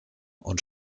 und